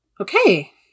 Okay